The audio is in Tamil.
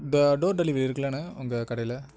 த டோர் டெலிவெரி இருக்கில்லண்ண உங்கள் கடையில்